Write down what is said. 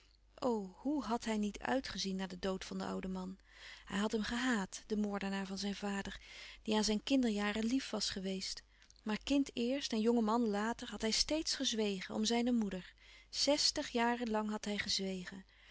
hoe had hij niet uitgezien naar den dood van den ouden man hij had hem gehaat den moordenaar van zijn vader die aan zijn kinderjaren lief was geweest maar kind eerst en jonge man later had hij steeds gezwegen om zijne moeder zestig jaren lang had hij gezwegen